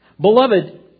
Beloved